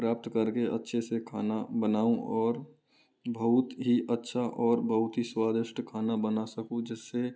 प्राप्त कर के अच्छे से खाना बनाऊँ और बहुत ही अच्छा और बहुत ही स्वादिष्ट खाना बना सकूँ जिस से